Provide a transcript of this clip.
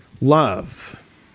love